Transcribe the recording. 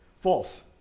False